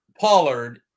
Pollard